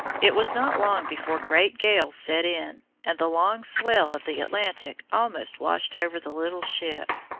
it was not long before great gales set in, and the long swell of the atlantic almost washed over the little ship.